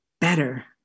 better